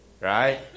Right